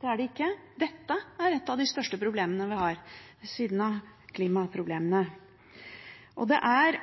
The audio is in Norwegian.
Det er det ikke, dette er et av de største problemene vi har, ved siden av klimaproblemene. Det er